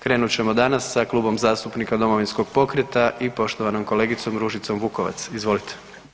Krenut ćemo danas sa Klubom zastupnika Domovinskog pokreta i poštovanom kolegicom Ružicom Vukovac, izvolite.